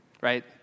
right